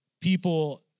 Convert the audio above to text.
people